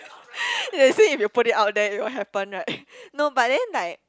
they say if you put it out there it will happen right no but then like